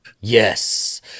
Yes